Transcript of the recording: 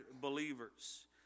believers